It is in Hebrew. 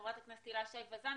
חברת הכנסת הילה שי וזאן.